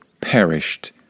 perished